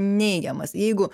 neigiamas jeigu